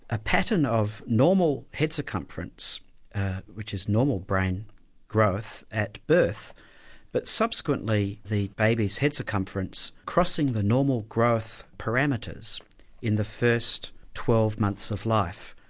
a pattern of normal head circumference which is normal brain growth at birth but subsequently the baby's head circumference crossing the normal growth parameters in the first twelve months of life.